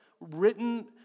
written